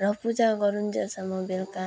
र पूजा गरून्जेलसम्म बेलुका